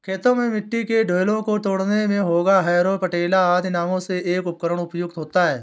खेतों में मिट्टी के ढेलों को तोड़ने मे हेंगा, हैरो, पटेला आदि नामों से एक उपकरण प्रयुक्त होता है